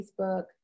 Facebook